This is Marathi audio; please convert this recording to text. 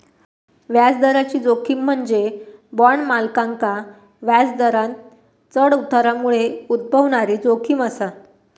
व्याजदराची जोखीम म्हणजे बॉण्ड मालकांका व्याजदरांत चढ उतारामुळे उद्भवणारी जोखीम असा